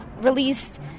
released